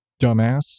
dumbass